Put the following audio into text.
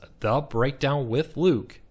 thebreakdownwithluke